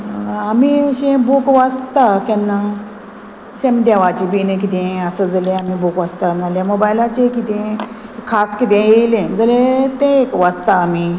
आमी अशें बूक वाचता केन्ना अशें देवाचें बीन किदें आसा जाल्यार आमी बूक वाचता ना जाल्यार मोबायलाचेर कितें खास किदें येयलें जाल्यार तें एक वाचता आमी